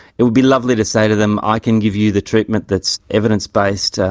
it would be lovely to say to them, i can give you the treatment that's evidence-based,